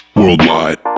worldwide